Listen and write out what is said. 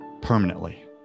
permanently